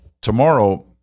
Tomorrow